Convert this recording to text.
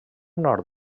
nord